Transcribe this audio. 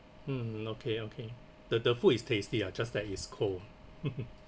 mm okay okay the the food is tasty ah just that it's cold